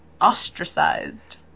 Ostracized